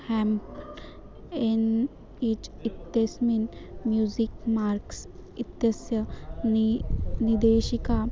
hemp एन् ईच् इत्यस्मिन् म्यूसिक् मार्क्स् इत्यस्य नी निदेशिका